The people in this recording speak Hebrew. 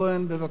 בבקשה.